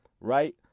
Right